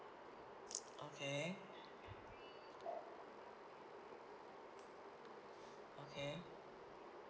okay okay